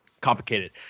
complicated